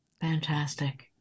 Fantastic